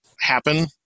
happen